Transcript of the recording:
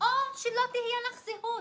או שלא תהיה לך זהות.